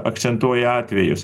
akcentuoja atvejus